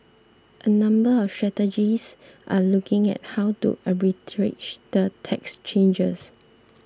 a number of strategists are looking at how to arbitrage the tax changes